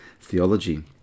theology